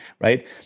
right